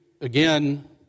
again